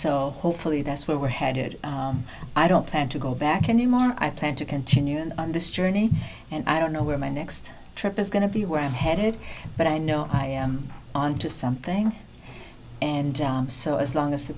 so hopefully that's where we're headed i don't plan to go back anymore i plan to continue on and this journey and i don't know where my next trip is going to be where i am headed but i know i am on to something and so as long as the